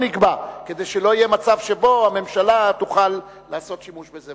כדי שלא יהיה מצב שבו הממשלה תוכל לעשות שימוש בזה.